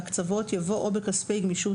אחרי "בהקצבות" יבוא "או בכספי גמישות